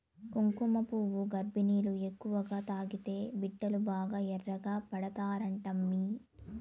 కుంకుమపువ్వు గర్భిణీలు ఎక్కువగా తాగితే బిడ్డలు బాగా ఎర్రగా పడతారంటమ్మీ